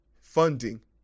funding